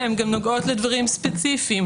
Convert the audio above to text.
הן גם נוגעות לדברים ספציפיים,